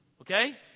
Okay